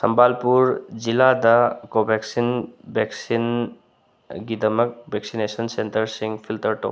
ꯁꯝꯕꯥꯂꯄꯨꯔ ꯖꯤꯜꯂꯥꯗ Covaxin vaccine ꯑꯩꯒꯤꯗꯃꯛ vaccination ꯁꯦꯟꯇꯔꯁꯤꯡ ꯐꯤꯜꯇꯔ ꯇꯧ